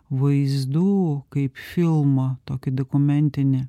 vaizdų kaip filmą tokį dokumentinį